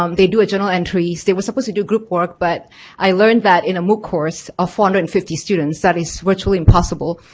um they do general entries, they were supposed to do group work but i learned that in a mooc course of four hundred and and fifty students that is virtually impossible,